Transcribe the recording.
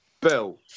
Bill